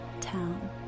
town